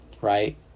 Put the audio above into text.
right